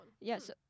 yes